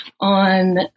on